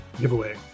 giveaway